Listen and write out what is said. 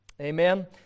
Amen